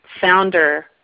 founder